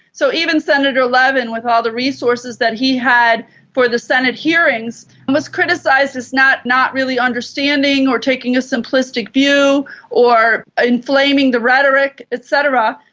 so even senator levin with all the resources that he had for the senate hearings was criticised as not not really understanding or taking a simplistic view or inflaming the rhetoric et cetera,